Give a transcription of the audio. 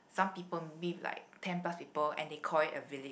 some people maybe like ten plus people and they call it a village